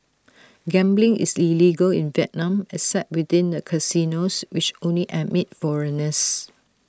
gambling is illegal in Vietnam except within the casinos which only admit foreigners